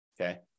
okay